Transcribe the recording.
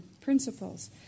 principles